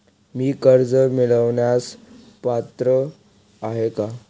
मी कर्ज मिळवण्यास पात्र आहे का?